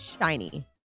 Shiny